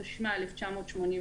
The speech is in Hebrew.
התשמ"א-1981,